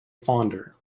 fonder